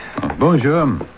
Bonjour